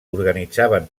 organitzaven